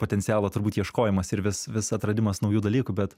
potencialo turbūt ieškojimas ir vis vis atradimas naujų dalykų bet